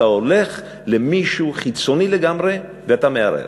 אתה הולך למישהו חיצוני לגמרי ואתה מערער.